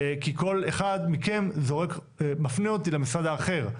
כי כל אחד מכם מפנה אותי למשרד האחר.